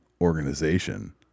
organization